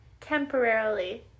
temporarily